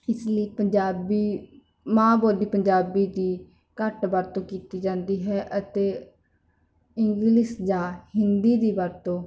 ਇਸ ਲਈ ਪੰਜਾਬੀ ਮਾਂ ਬੋਲੀ ਪੰਜਾਬੀ ਦੀ ਘੱਟ ਵਰਤੋਂ ਕੀਤੀ ਜਾਂਦੀ ਹੈ ਅਤੇ ਇੰਗਲਿਸ਼ ਜਾਂ ਹਿੰਦੀ ਦੀ ਵਰਤੋਂ